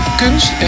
kunst